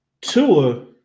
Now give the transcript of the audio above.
Tua